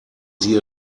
sie